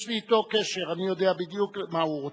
יש לי אתו קשר, אני יודע בדיוק מה הוא רוצה.